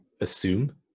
assume